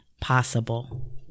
possible